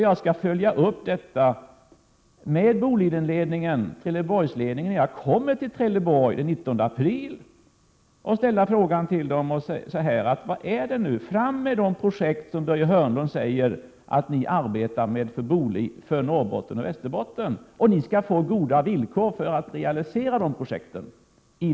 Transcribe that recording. Jag skall följa upp detta med ledningen för koncernen när jag kommer till Trelleborg den 19 april, och jag skall då säga: Kom fram med de projekt för Norrbotten och Västerbotten som Börje Hörnlund säger att ni arbetar med, och ni skall få goda villkor för att realisera dem.